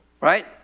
Right